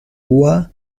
voix